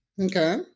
Okay